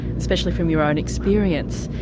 especially from your own experience.